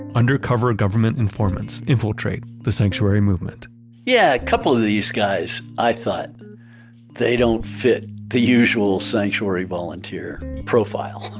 undercover government informants infiltrate the sanctuary movement yeah. a couple of these guys, i thought they don't fit the usual sanctuary volunteer profile,